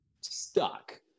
stuck